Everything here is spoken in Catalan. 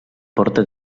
porta